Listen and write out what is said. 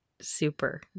Super